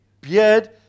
beard